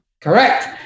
Correct